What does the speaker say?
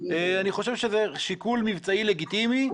אני חושב שזה שיקול מבצעי לגיטימי,